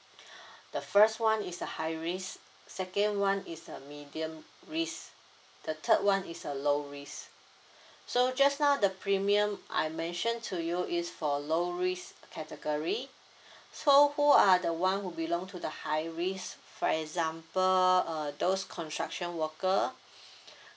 the first one is a high risk second one is a medium risk the third one is a low risk so just now the premium I mention to you is for low risk category so who are the [one] who belong to the high risk for example uh those construction worker